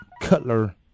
Cutler